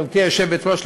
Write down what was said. גברתי היושבת-ראש,